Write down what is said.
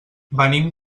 venim